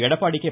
Edappadi K